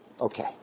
Okay